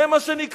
זה מה שנקרא,